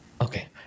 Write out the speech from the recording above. Okay